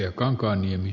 herra puhemies